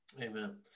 Amen